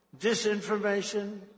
disinformation